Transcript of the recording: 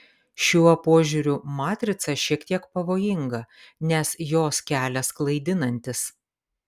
šiuo požiūriu matrica šiek tiek pavojinga nes jos kelias klaidinantis